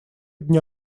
дня